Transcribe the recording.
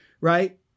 right